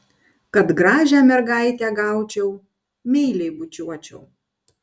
kad gražią mergaitę gaučiau meiliai bučiuočiau